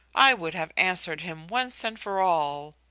i would have answered him once and for all!